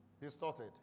distorted